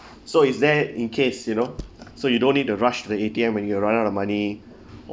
so is there in case you know so you don't need to rush to the A_T_M when you are run out of money